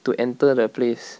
to enter the place